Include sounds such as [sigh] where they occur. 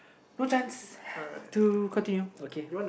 no chance [breath] to continue okay